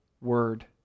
word